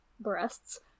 Breasts